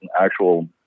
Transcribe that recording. actual